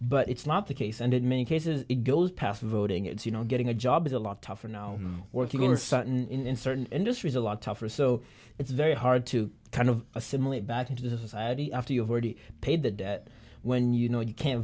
but it's not the case and in many cases it goes past voting it's you know getting a job is a lot tougher now working under certain in certain industries a lot tougher so it's very hard to kind of a simile back into society after you've already paid the debt when you know you can